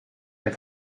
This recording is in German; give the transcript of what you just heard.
der